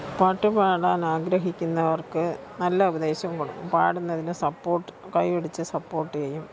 പാട്ട് പാടാൻ ആഗ്രഹിക്കുന്നവർക്ക് നല്ല ഉപദേശം കൊടുക്കും പാടുന്നതിന് സപ്പോർട്ട് കൈ അടിച്ച് സപ്പോർട്ട് ചെയ്യും